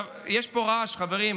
יש פה רעש, חברים.